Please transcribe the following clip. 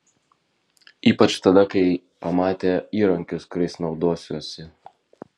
ypač tada kai pamatė įrankius kuriais naudosiuosi